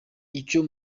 icyo